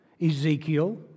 Ezekiel